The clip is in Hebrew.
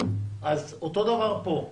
- אז אותו דבר פה.